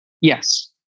yes